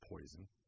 poison